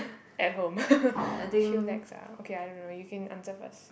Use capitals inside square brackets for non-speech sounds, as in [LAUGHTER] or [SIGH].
at home [LAUGHS] chillax ah okay I don't know you can answer first